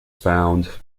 found